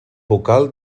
vocal